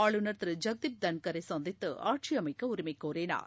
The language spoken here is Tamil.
ஆளுநர் திரு ஜக்தீப் தன்கரை சந்தித்து ஆட்சியமைக்க உரிமை கோரினார்